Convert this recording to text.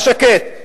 השקט,